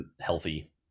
healthy